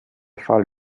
fall